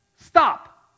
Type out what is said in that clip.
Stop